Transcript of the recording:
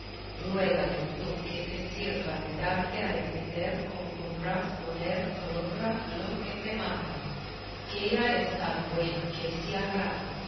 bien ruégale tú que se sirva de darte a entender cómo podrás poner por obra lo que te manda que ella es tan buena que